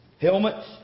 helmets